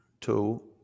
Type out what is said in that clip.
two